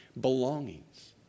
belongings